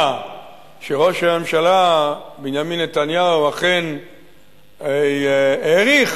שראש הממשלה בנימין נתניהו אכן האריך